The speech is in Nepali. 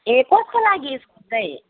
ए कसको लागि स्कुल चाहिँ